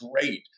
great